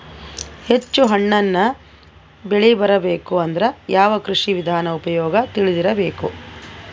ಹೆಚ್ಚು ಹಣ್ಣನ್ನ ಬೆಳಿ ಬರಬೇಕು ಅಂದ್ರ ಯಾವ ಕೃಷಿ ವಿಧಾನ ಉಪಯೋಗ ತಿಳಿದಿರಬೇಕು?